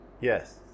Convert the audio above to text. Yes